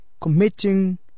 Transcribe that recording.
committing